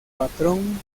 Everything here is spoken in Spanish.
patrón